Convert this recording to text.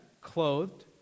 clothed